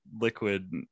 liquid